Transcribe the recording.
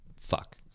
fuck